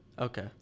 Okay